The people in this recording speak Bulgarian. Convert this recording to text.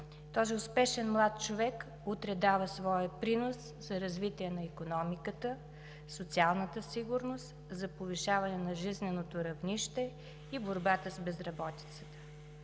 Този успешен млад човек утре дава своя принос за развитие на икономиката, социалната сигурност, за повишаване на жизненото равнище и борбата с безработицата.